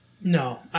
No